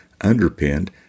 underpinned